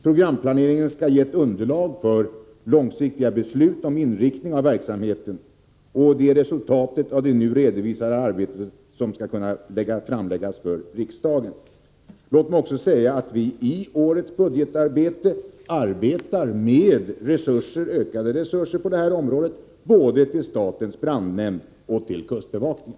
Programplaneringen skall ge ett underlag för långsiktiga beslut om inriktningen av verksamheten. Det är resultatet av det nu redovisade arbetet som skall kunna framläggas för riksdagen. Låt mig också nämna att vi i årets budgetarbete arbetar med ökade resurser på det här området både för statens brandnämnd och för kustbevakningen.